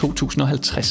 2050